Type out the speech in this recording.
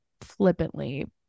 flippantly